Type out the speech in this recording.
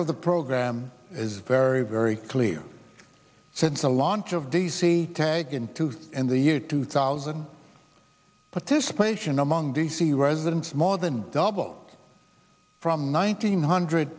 of the program is very very clear since the launch of d c tagon to end the year two thousand participation among d c residents more than double from nine hundred